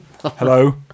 Hello